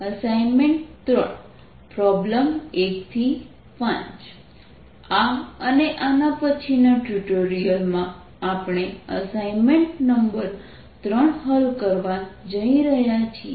assignment 3 problem 1 5 આ અને આના પછીના ટ્યુટોરિયલ માં આપણે અસાઇનમેન્ટ 3 હલ કરવા જઈ રહ્યા છીએ